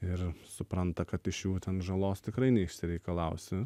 ir supranta kad iš jų ten žalos tikrai neišsireikalausi